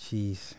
Jeez